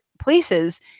places